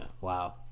wow